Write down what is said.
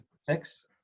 Six